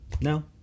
No